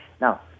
Now